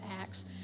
Acts